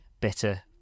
bitter